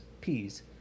peas